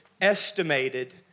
estimated